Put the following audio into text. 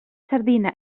sardina